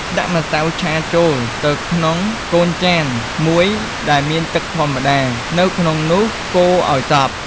ដាក់ម្សៅឆាចូលទៅក្នុងកូនចានមួយដែលមានទឺកធម្មតានៅក្នុងនោះកូរឱ្យសព្វ។